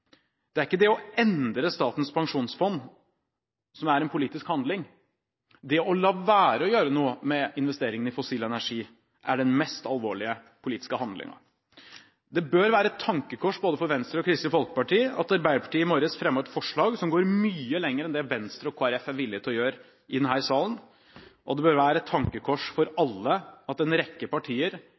Det er ikke det å endre Statens pensjonsfond som er en politisk handling; det å la være å gjøre noe med investeringene i fossil energi er den mest alvorlige politiske handlingen. Det bør være et tankekors for både Venstre og Kristelig Folkeparti at Arbeiderpartiet i morges fremmet et forslag som går mye lenger enn det Venstre og Kristelig Folkeparti er villig til å gå i denne salen, og det bør være et tankekors for alle at en rekke partier